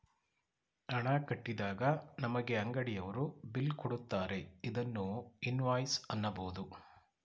ಹಣ ಕಟ್ಟಿದಾಗ ನಮಗೆ ಅಂಗಡಿಯವರು ಬಿಲ್ ಕೊಡುತ್ತಾರೆ ಇದನ್ನು ಇನ್ವಾಯ್ಸ್ ಅನ್ನಬೋದು